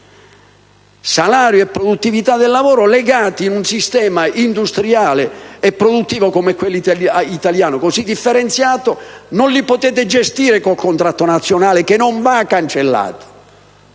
Salario e produttività del lavoro legati, in un sistema industriale e produttivo come quello italiano, così differenziato, non potete gestirli con il contratto nazionale, che non va però cancellato.